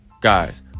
Guys